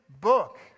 book